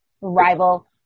Rival